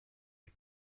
les